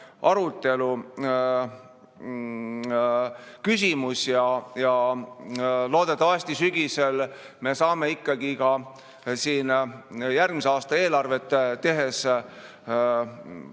arutelu küsimus ja loodetavasti sügisel me saame järgmise aasta eelarvet tehes ka